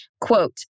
Quote